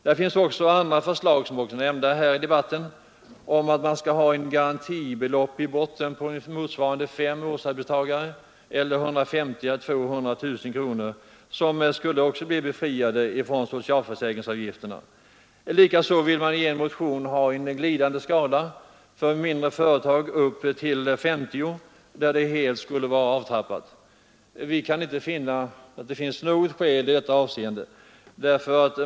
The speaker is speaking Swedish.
Det finns också andra förslag som har nämnts här i debatten, t.ex. att man skall ha ett garantibelopp i botten — motsvarande fem arbetstagares årslön eller 150 000—200 000 kronor — som också skulle befrias från socialförsäkringsavgiften. Likaså vill man i en motion ha en glidande skala i fråga om socialförsäkringsavgiften för mindre företag, med upp till 50 anställda. Vi kan inte finna något skäl för detta.